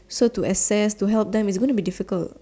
so to access to help them it's gonna be difficult